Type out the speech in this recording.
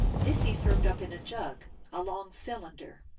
this he served up in a jug, a long cylinder.